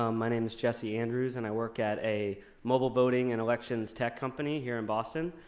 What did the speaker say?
um my name is jesse andrews, and i work at a mobile voting and elections tech company here in boston.